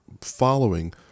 following